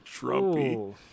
Trumpy